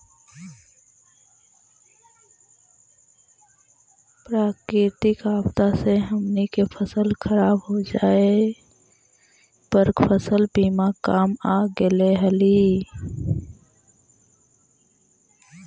प्राकृतिक आपदा से हमनी के फसल खराब हो जाए पर फसल बीमा काम आ गेले हलई